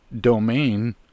domain